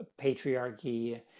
patriarchy